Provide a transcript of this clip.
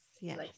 Yes